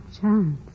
chance